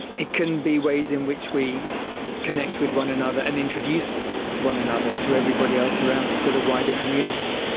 it can be ways in which we connect with one another and introduce one another to everybody else around us, to the wider community.